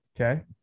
Okay